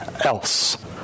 else